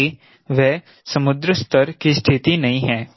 क्योंकि वह समुद्र स्तर की स्थिति नहीं है